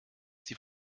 die